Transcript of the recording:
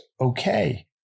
okay